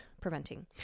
preventing